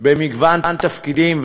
במגוון תפקידים,